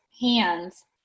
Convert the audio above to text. hands